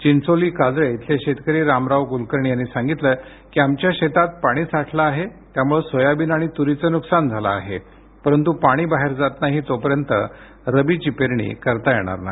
चिंचोली काजळे येथील शेतकरी रामराव कुलकर्णी यांनी सांगितले की आमच्या शेतात आहे पाणी साठलं आहे त्यामुळे सोयाबीन आणि तुरीचे नुकसान झालं आहे परंतु पाणी बाहेर जात नाही तोपर्यंत आम्हाला रबीची पेरणी करता येणार नाही